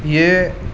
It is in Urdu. یہ